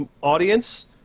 audience